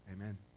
Amen